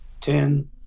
Ten